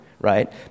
right